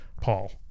Paul